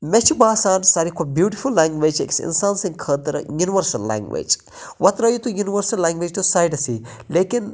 مےٚ چھُ باسان ساروی کھۄتہٕ بیوٗٹِفُل لینگویٚج چھِ أکِس اِنسان سٕندۍ خٲطرٕ یوٗنِؤرسَل لینگویٚج وۄنۍ ترٲیِو تُہۍ یوٗنِؤرسَل لینگویٚج تہِ سایڈسٕے لیکِن